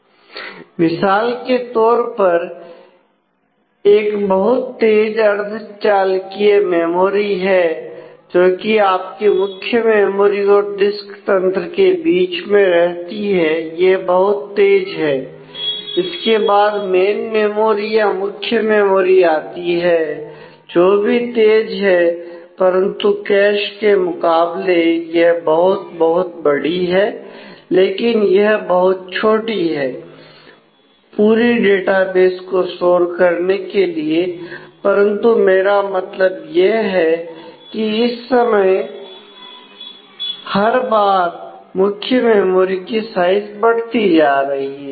मिसाल के तौर पर एक बहुत तेज अर्धचालकीय मेमोरी है जो कि आपकी मुख्य मेमोरी और डिस्क तंत्र के बीच में रहती है यह बहुत तेज है इसके बाद मेन मेमोरी या मुख्य मेमोरी आती है जो भी तेज है परंतु कैश के मुकाबले यह बहुत बहुत बड़ी है लेकिन यह बहुत छोटी है पूरी डेटाबेस को स्टोर करने के लिए परंतु मेरा मतलब यह है कि इस समय हर बार मुख्य मेमोरी की साइज बढ़ती जा रही है